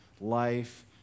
life